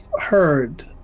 heard